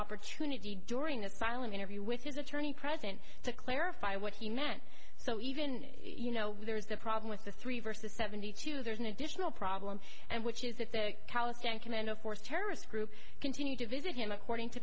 opportunity during asylum interview with his attorney present to clarify what he meant so even you know there's the problem with the three versus seventy two there's an additional problem and which is that the taliban commando force terrorist group continued to visit him according to